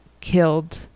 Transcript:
killed